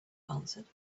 answered